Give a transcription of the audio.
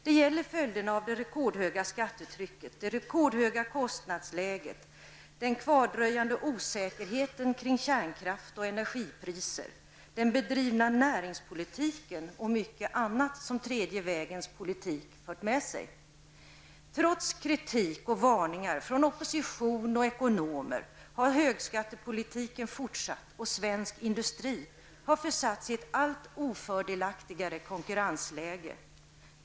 Det gäller följderna av det rekordhöga skattetrycket, det rekordhöga kostnadsläget, den kvardröjande osäkerheten kring kärnkraft och energipriser, den bedrivna näringspolitiken och mycket annat som den tredje vägens politik fört med sig. Trots kritik och varningar från opposition och ekonomer har högskattepolitiken fortsatt, och svensk industri har försatts i ett allt ofördelaktigare konkurrensläge.